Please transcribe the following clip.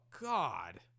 god